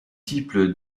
type